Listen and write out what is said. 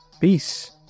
Peace